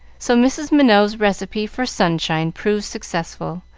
so mrs. minot's recipe for sunshine proved successful,